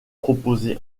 proposée